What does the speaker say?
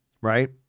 right